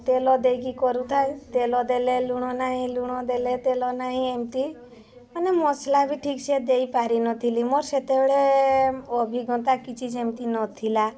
ତେଲ ଦେଇକି କରୁଥାଏ ତେଲ ଦେଲେ ଲୁଣ ନାହିଁ ଲୁଣ ଦେଲେ ତେଲ ନାହିଁ ଏମତି ମାନେ ମସଲା ବି ଠିକ୍ସେ ଦେଇ ପାରିନଥିଲି ମୋର ସେତେବେଳେ ଅଭିଜ୍ଞତା କିଛି ସେମିତି ନଥିଲା